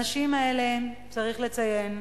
הנשים האלה, צריך לציין,